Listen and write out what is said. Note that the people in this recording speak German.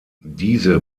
diese